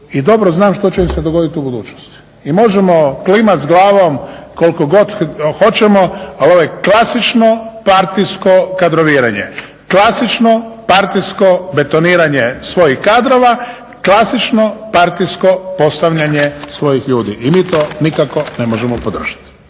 i dobro znam što će im se dogoditi u budućnosti. I možemo klimat s glavom koliko god hoćemo, ali ovo je klasično partijsko kadroviranje, klasično partijsko betoniranje svojih kadrova, klasično partijsko postavljanje svojih ljudi i mi to nikako ne možemo podržati.